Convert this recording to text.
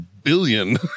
billion